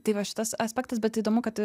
tai va šitas aspektas bet įdomu kad